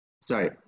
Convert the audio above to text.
Sorry